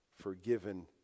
forgiven